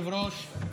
תודה.